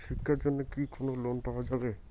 শিক্ষার জন্যে কি কোনো লোন পাওয়া যাবে?